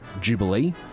Jubilee